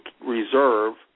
reserve